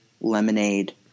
lemonade